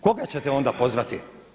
Koga ćete onda pozvati?